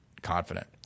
Confident